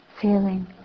feeling